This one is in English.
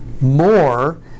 more